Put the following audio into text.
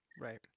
Right